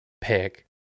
pick